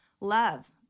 love